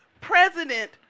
President